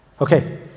Okay